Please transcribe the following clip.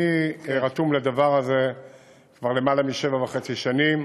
אני רתום לדבר הזה כבר למעלה משבע וחצי שנים,